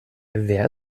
wer